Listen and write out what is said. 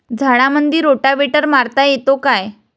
झाडामंदी रोटावेटर मारता येतो काय?